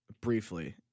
briefly –